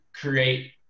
create